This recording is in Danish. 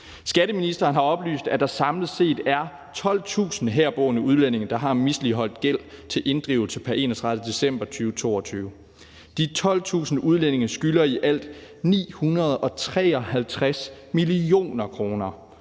Skatteministeren har oplyst, at der samlet set er 12.000 herboende udlændinge, der har misligholdt gæld til inddrivelse pr. 31. december 2022. De 12.000 udlændinge skylder i alt 953 mio. kr.,